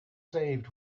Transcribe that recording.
saved